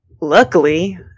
luckily